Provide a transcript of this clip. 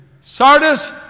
Sardis